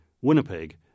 Winnipeg